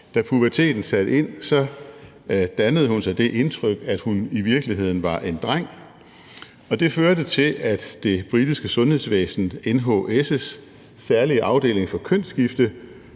Da puberteten satte ind, dannede hun sig det indtryk, at hun i virkeligheden var en dreng. Det førte til, at det britiske sundhedsvæsen, NHS' særlige afdeling for kønsskifte,